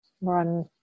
run